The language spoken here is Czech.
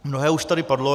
Mnohé už tady padlo.